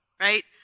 right